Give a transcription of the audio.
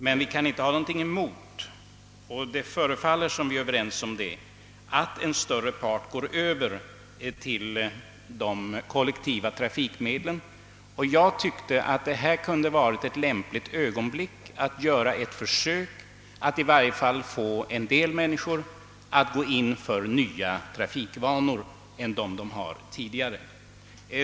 Men vi kan inte ha någonting emot — och det förefaller som om vi är överens om det — att en större part går över till de kollektiva trafikmedlen. Jag tycker att det kunde vara lämpligt att i samband med övergången till högertrafik göra ett försök att få en del människor att ändra på sina trafikvanor.